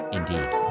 Indeed